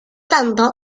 tanto